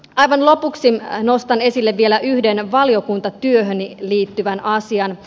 aivan lopuksi nostan esille vielä yhden valiokuntatyöhöni liittyvän asian